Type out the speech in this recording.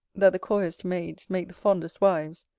that the coyest maids make the fondest wives.